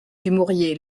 dumouriez